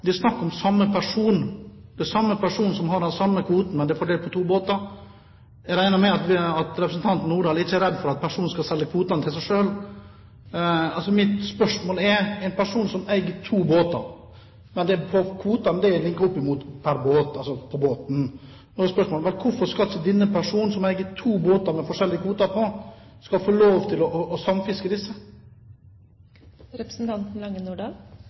er altså snakk om samme person, det er den samme personen som har kvotene, men de er fordelt på to båter. Jeg regner med at representanten Lange Nordahl ikke er redd for at personen skal selge kvotene til seg selv. Det dreier seg altså om en person som eier to båter, men der hver kvote er linket opp mot båten, altså en kvote pr. båt. Spørsmålet er: Hvorfor skal ikke denne personen, som altså eier to båter med forskjellige kvoter, få lov til å samfiske